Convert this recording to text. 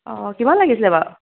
অ কিমান লাগিছিলে বাৰু